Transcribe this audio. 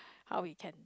how we can